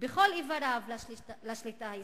בכל איבריו לשליטה הישראלית.